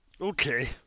Okay